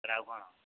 sir ଆଉ କ'ଣ